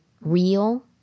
real